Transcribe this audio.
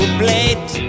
plate